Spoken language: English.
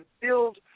build